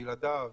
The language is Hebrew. בלעדיו,